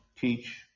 teach